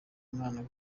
imana